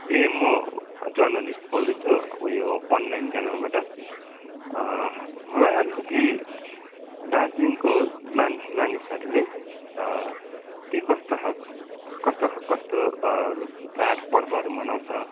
ए म जर्नलिस्ट बोल्दैछु उयो अनलाइन च्यानलबाट मलाई अलिकति दार्जिलिङको मान मानिसहरूले के कस्तो खालको कस्तो चाडपर्वहरू मनाउँछ